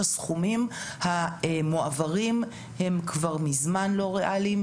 הם כבר מזמן לא ריאליים.